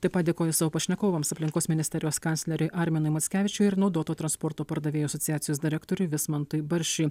taip pat dėkoju savo pašnekovams aplinkos ministerijos kancleriui arminui mockevičiui ir naudotų transporto pardavėjų asociacijos direktoriui vismantui baršiui